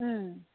ꯎꯝ